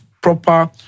proper